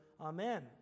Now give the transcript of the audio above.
Amen